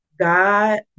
God